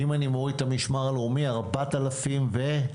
אם אני מוריד את המשמר הלאומי, ארבעת אלפים ו?